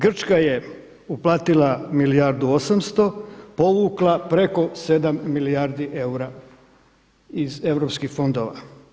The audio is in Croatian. Grčka je uplatila milijardu 800, povukla preko 7 milijardi eura iz EU fondova.